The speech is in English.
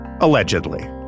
allegedly